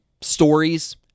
stories